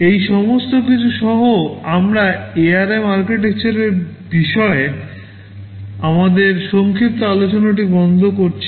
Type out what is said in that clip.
এই সমস্ত কিছু সহ আমরা ARM আর্কিটেকচারের বিষয়ে আমাদের সংক্ষিপ্ত আলোচনাটি বন্ধ করছি